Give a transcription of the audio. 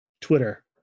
twitter